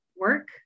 work